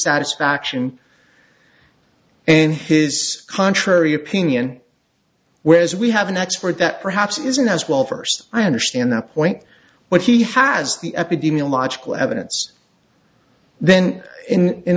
dissatisfaction and his contrary opinion whereas we have an expert that perhaps isn't as well versed i understand the point what he has the epidemiological evidence then in in